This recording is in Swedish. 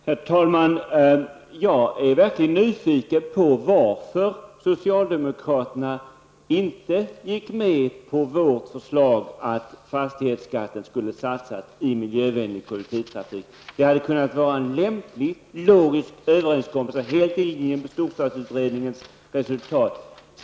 Herr talman! Jag är verkligen nyfiken på varför socialdemokraterna inte gick med på vårt förslag om att fastighetsskatten skulle satsas i miljövänlig kollektivtrafik. Det hade varit en lämplig och logisk överenskommelse helt i linje med resultatet av storstadsutredningens arbete.